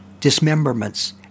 dismemberments